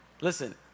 Listen